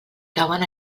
cauen